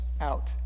out